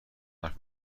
حرف